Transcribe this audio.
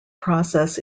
process